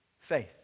faith